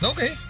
Okay